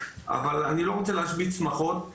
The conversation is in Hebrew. אבל אני לא רוצה להשבית שמחות.